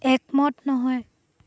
একমত নহয়